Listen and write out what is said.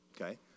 Okay